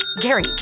Gary